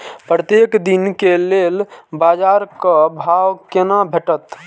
प्रत्येक दिन के लेल बाजार क भाव केना भेटैत?